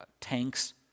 tanks